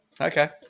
Okay